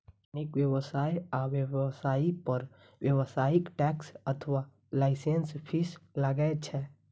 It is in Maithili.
अनेक व्यवसाय आ व्यवसायी पर व्यावसायिक टैक्स अथवा लाइसेंस फीस लागै छै